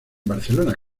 barcelona